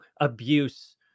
abuse